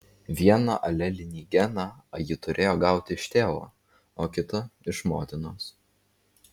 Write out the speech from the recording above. vieną alelinį geną a ji turėjo gauti iš tėvo o kitą iš motinos